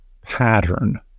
pattern